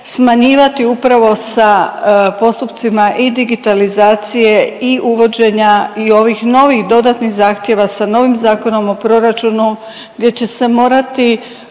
smanjivati upravo sa postupcima i digitalizacije i uvođenja i ovih novih dodatnih zahtjeva sa novim Zakonom o proračunu gdje će se morati